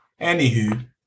Anywho